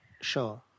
Sure